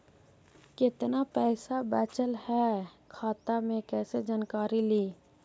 कतना पैसा बचल है खाता मे कैसे जानकारी ली?